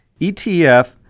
ETF